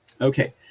Okay